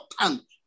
important